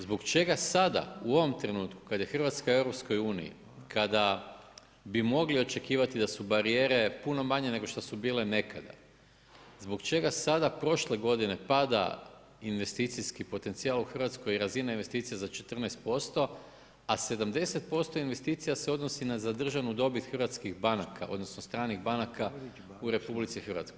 Zbog čega sada u ovom trenutku kada je Hrvatska u Europskoj uniji, kada bi mogli očekivati da su barijere puno manje nego što su bile nekada, zbog čega sada prošle godine pada investicijski potencijal u Hrvatskoj i razina investicija za 14%, a 70% investicija se odnosi na zadržanu dobit hrvatskih banaka odnosno stranih banaka u Republici Hrvatskoj?